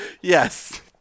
Yes